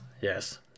Yes